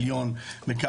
היום ה-12 באוקטובר ו'